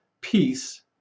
peace